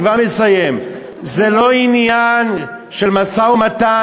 אני כבר מסיים: זה לא עניין של משא-ומתן